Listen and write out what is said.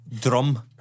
drum